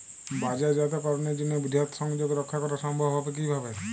বাজারজাতকরণের জন্য বৃহৎ সংযোগ রক্ষা করা সম্ভব হবে কিভাবে?